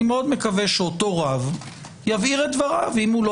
אני מאוד מקווה שאותו רב יבהיר את דבריו ואם הוא לא